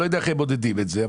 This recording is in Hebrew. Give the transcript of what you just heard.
אני לא יודע איך הם מודדים את זה.